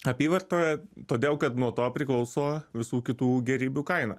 apyvartoje todėl kad nuo to priklauso visų kitų gėrybių kaina